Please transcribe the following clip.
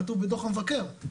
כתוב בדו"ח המבקר,